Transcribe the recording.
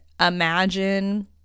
imagine